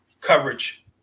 coverage